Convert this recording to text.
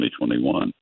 2021